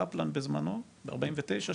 קפלן בזמנו ב-49',